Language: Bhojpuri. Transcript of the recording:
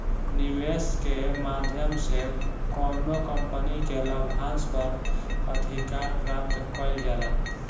निवेस के माध्यम से कौनो कंपनी के लाभांस पर अधिकार प्राप्त कईल जाला